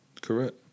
Correct